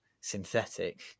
synthetic